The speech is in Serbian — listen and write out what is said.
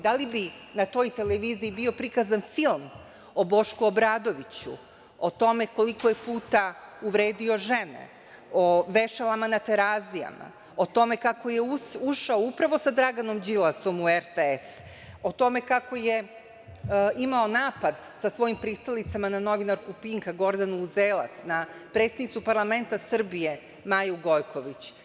Da li bi na toj televiziji bio prikazan film o Bošku Obradoviću, o tome koliko je puta uvredio žene, o vešalama na Terazijama, o tome kako je ušao upravo sa Draganom Đilasom u RTS, o tome kako je imao napad sa svojim pristalicama na novinarku Pinka, Gordanu Uzelac, na predsednicu parlamenta Srbije, Maju Gojković?